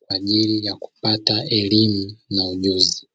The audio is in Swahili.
kwa ajili ya kupata elimu na ujuzi.